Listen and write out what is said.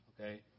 Okay